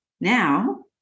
Now